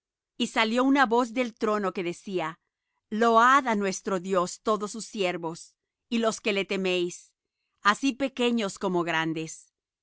y salió una voz del trono que decía load á nuestro dios todos sus siervos y los que le teméis así pequeños como grandes